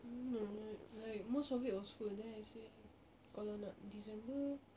no li~ like most of it was full then I say kalau nak december